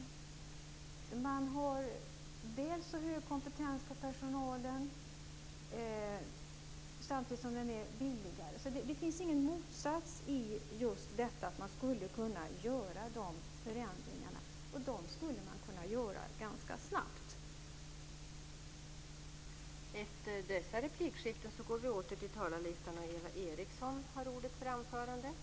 Personalen har väl så hög kompetens, samtidigt som den är billigare. Det finns alltså inte någon motsats i att man skulle kunna göra de förändringarna. Och de skulle man kunna göra ganska snabbt.